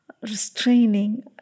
restraining